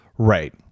Right